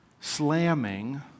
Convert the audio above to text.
slamming